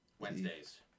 Wednesdays